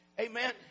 Amen